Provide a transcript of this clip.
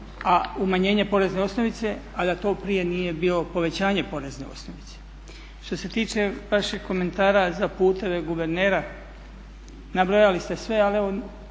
umanjenje porezne osnovice a da to prije nije bilo povećanje porezne osnovice. Što se tiče vašeg komentara za putove guvernera, nabrojali ste sve ali